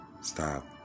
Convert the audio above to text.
Stop